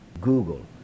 Google